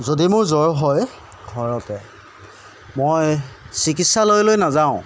যদি মোৰ জ্বৰ হয় ঘৰতে মই চিকিৎসালয়লৈ নাযাওঁ